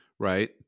Right